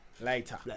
Later